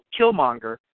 Killmonger